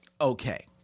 okay